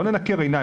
לא ננקר עיניים,